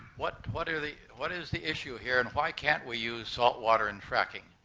what what are the what is the issue here, and why can't we use salt water in fracking?